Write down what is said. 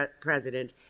president